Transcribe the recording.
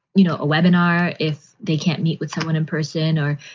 you know, a webinar, if they can't meet with someone in person or,